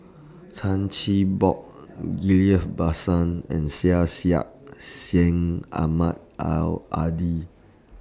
Chan Chin Bock Ghillie BaSan and Syed Syed Sing Ahmad Al Hadi